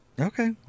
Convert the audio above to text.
Okay